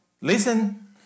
listen